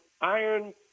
iron